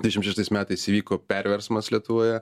dvidešim šeštais metais įvyko perversmas lietuvoje